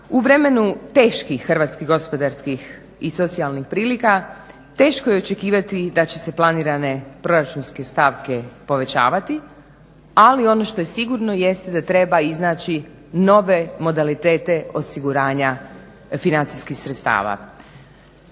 U vremenu teških hrvatskih gospodarskih i socijalnih prilika teško je očekivati da će se planirane proračunske stavke povećavati ali ono što je sigurno jest da treba iznaći nove modalitete osiguranja financijskih sredstava.